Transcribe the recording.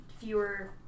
fewer